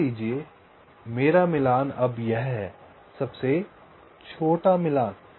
मान लीजिए मेरा मिलान अब यह है सबसे छोटा मिलान